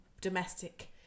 domestic